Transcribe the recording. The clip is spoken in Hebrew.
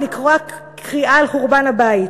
או לקרוע קריעה על חורבן הבית.